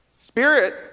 spirit